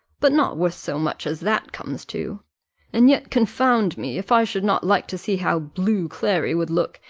but not worth so much as that comes to and yet, confound me, if i should not like to see how blue clary would look,